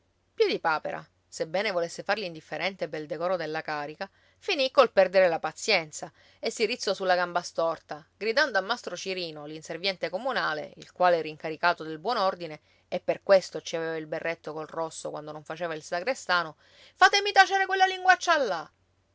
assassini piedipapera sebbene volesse far l'indifferente pel decoro della carica finì col perdere la pazienza e si rizzò sulla gamba storta gridando a mastro cirino l'inserviente comunale il quale era incaricato del buon ordine e per questo ci aveva il berretto col rosso quando non faceva il sagrestano fatemi tacere quella linguaccia là